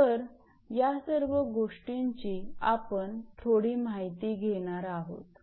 तर या सर्व गोष्टींची आपण थोडी माहिती घेणार आहोत